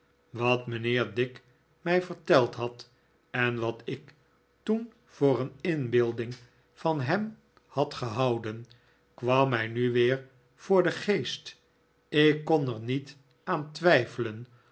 wat mijnheer dick mij verteld had en wat ik toen voor een inbeelding van hem had gehouden kwam mij nu weer voor den geest ik kon er niet aan twijfelen